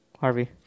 Harvey